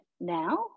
now